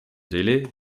délai